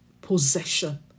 possession